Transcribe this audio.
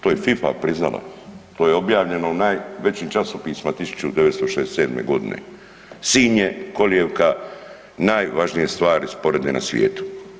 To je FIFA priznala, to je objavljeno u najvećim časopisima 1967.g. Sinj je kolijevka najvažnije stvari sporedne na svijetu.